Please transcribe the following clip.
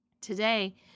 today